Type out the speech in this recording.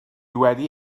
wedi